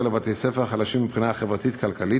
לבתי-הספר החלשים מבחינה חברתית-כלכלית,